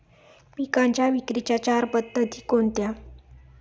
पिकांच्या विक्रीच्या चार पद्धती कोणत्या?